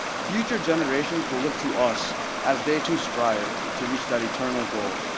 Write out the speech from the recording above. future generations will look to us as they too strive to reach that eternal goal.